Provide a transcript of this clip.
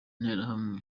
interahamwe